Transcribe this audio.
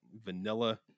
vanilla